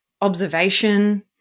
observation